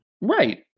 right